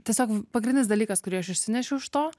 tiesiog pagrindinis dalykas kurį aš išsinešiau iš to